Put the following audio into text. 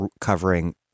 covering